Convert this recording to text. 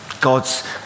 God's